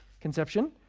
conception